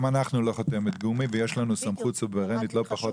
גם אנחנו לא חותמת גומי ויש לנו סמכות סוברנית לא פחות